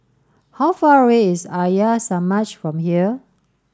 how far away is Arya Samaj from here